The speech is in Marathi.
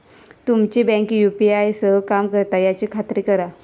तुमची बँक यू.पी.आय सह काम करता याची खात्री करा